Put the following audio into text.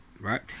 right